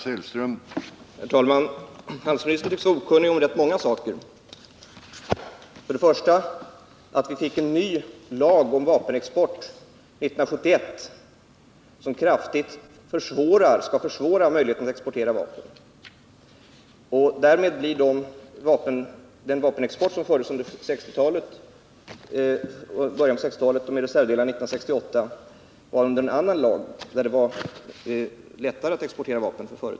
Herr talman! Handelsministern tycks vara okunnig om rätt många saker. För det första tycks han inte veta att vi fick en ny lag 1971, som kraftigt skall försvåra möjligheten att exportera vapen. Därmed faller den vapenexport som bedrevs i början av 1960-talet, med reservdelsexport 1968, under en annan lag som gjorde det lättare för företagen att exportera vapen.